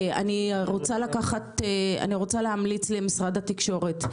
אני רוצה להמליץ למשרד התקשורת: